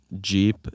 jeep